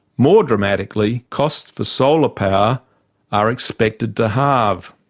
more dramatically, costs for solar power are expected to halve.